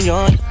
on